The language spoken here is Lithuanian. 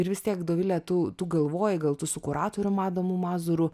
ir vis tiek dovile tu tu galvoji gal tu su kuratorium adamu mazūru